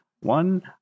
one